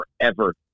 forever